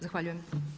Zahvaljujem.